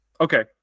Okay